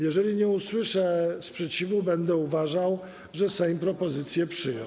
Jeżeli nie usłyszę sprzeciwu, będę uważał, że Sejm propozycję przyjął.